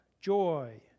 joy